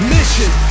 Mission